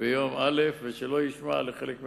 ביום א' ושלא ישמע לחלק מחבריו.